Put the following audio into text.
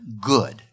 good